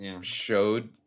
showed